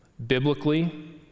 biblically